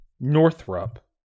northrup